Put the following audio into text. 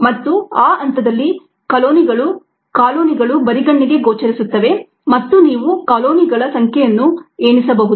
ಮತ್ತು ಆ ಹಂತದಲ್ಲಿ ಕಾಲೊನಿಗಳು ಬರಿಗಣ್ಣಿಗೆ ಗೋಚರಿಸುತ್ತವೆ ಮತ್ತು ನೀವು ಕಾಲೊನಿಗಳ ಸಂಖ್ಯೆಯನ್ನು ಎಣಿಸಬಹುದು